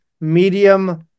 medium